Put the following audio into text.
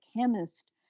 chemist